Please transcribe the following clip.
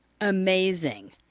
Amazing